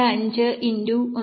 25 x 1